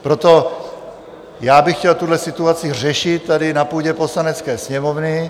Proto já bych chtěl tuhle situaci řešit tady na půdě Poslanecké sněmovny.